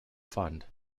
fund